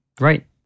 Right